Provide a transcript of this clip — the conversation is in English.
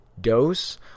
dose